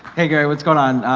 hey gary, what's going on?